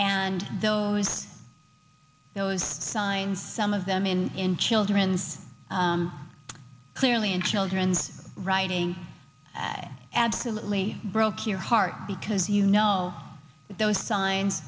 and those those signs some of them in children's clearly in children's writing i absolutely broke your heart because you know those signs